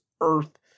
earth